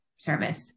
service